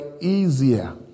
easier